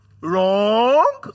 wrong